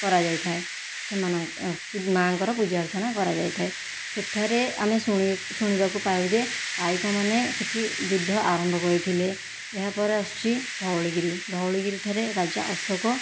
କରାଯାଇଥାଏ ସେମାନଙ୍କ ମା'ଙ୍କର ପୂଜା ଅର୍ଚ୍ଚନା କରାଯାଇଥାଏ ସେଠାରେ ଆମେ ଶୁଣି ଶୁଣିବାକୁ ପାଉ ଯେ ପାଇକ ମାନେ ସେଠି ଯୁଦ୍ଧ ଆରମ୍ଭ କରିଥିଲେ ଏହାପରେ ଆସୁଛି ଧଉଳିଗିରି ଧଉଳିଗିରି ଠାରେ ରାଜା ଅଶୋକ